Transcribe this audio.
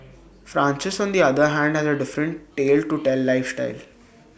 Francis on the other hand has A different tale to tell lifestyle